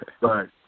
right